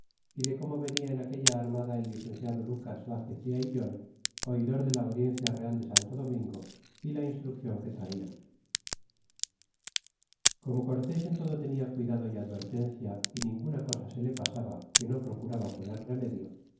de como venia en aquella armada el licenciado lucas vazquez de aillon oidor de la audiencia real de santo domingo la instruccion que traian como cortés en todo tenia cuidado y advertencia y cosa ninguna se le pasaba que no procuraba poner remedio